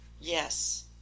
Yes